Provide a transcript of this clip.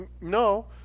No